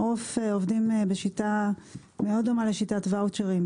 מעוף עובדים בשיטה מאוד דומה לשיטת ואוצ'רים,